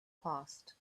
passed